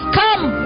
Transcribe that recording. come